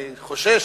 אני חושש